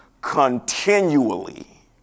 continually